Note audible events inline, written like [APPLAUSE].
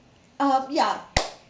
uh ya [NOISE]